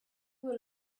will